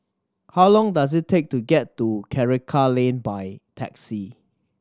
how long does it take to get to Karikal Lane by taxi